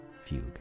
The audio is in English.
fugue